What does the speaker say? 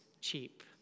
cheap